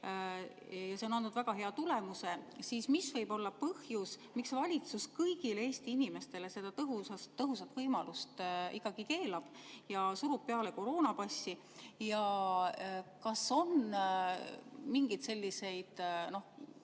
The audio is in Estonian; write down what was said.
ja andnud väga hea tulemuse, siis mis võib olla põhjus, miks valitsus kõigile Eesti inimestele seda tõhusat võimalust ikkagi keelab ja surub peale koroonapassi? Kas on mingeid [analüüse] –